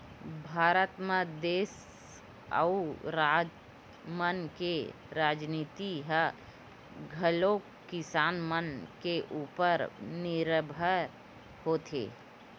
भारत म देस अउ राज मन के राजनीति ह घलोक किसान मन के उपर निरभर होथे